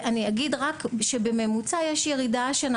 אגיד רק שבממוצע השנה יש ירידה השנה